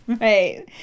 Right